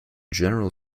general